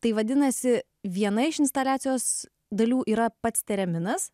tai vadinasi viena iš instaliacijos dalių yra pats tereminas